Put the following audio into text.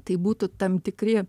tai būtų tam tikri